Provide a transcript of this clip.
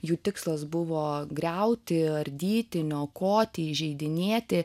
jų tikslas buvo griauti ardyti niokoti įžeidinėti